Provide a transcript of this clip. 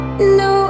No